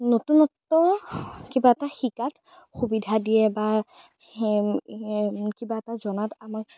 নতুনত্ব কিবা এটা শিকাত সুবিধা দিয়ে বা কিবা এটা জনাত আমাক